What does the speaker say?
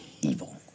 Evil